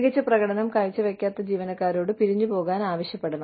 മികച്ച പ്രകടനം കാഴ്ചവെക്കാത്ത ജീവനക്കാരോട് പിരിഞ്ഞുപോകാൻ ആവശ്യപ്പെടണം